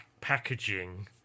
packaging